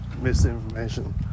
misinformation